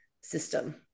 system